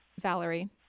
Valerie